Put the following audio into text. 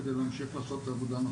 כדי להמשיך לעשות את העבודה.